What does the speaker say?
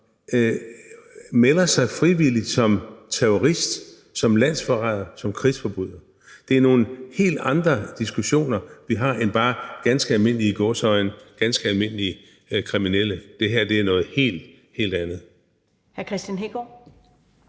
melder sig frivilligt som terrorist, som landsforræder, som krigsforbryder. Det er nogle helt andre diskussioner, vi har, end når det bare gælder ganske almindelige – i gåseøjne – kriminelle. Det her er noget helt, helt